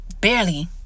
barely